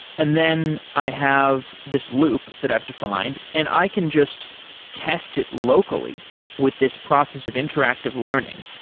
and then i have this loop that i've defined and i can just test it locally with this process of interactive learning.